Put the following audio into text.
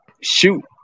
Shoot